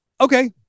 Okay